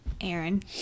Aaron